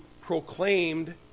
proclaimed